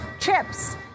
chips